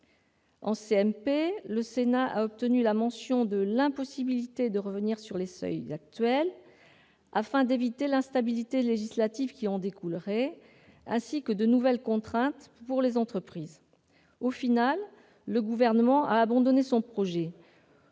En CMP, le Sénat a obtenu la mention de l'impossibilité de revenir sur les seuils actuels afin d'éviter l'instabilité législative qui en découlerait, ainsi que de nouvelles contraintes pour les entreprises. Finalement, le Gouvernement a abandonné son projet